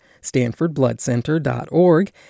stanfordbloodcenter.org